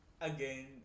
again